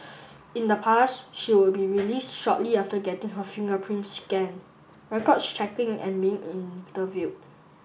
in the past she would be released shortly after getting her fingerprints scan records checking and being interviewed